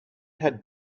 had